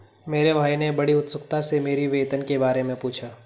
मेरे भाई ने बड़ी उत्सुकता से मेरी वेतन के बारे मे पूछा